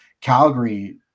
Calgary